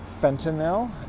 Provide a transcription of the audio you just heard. Fentanyl